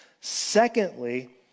Secondly